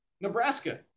Nebraska